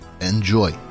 Enjoy